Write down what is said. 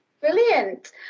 brilliant